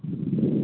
हो